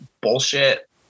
bullshit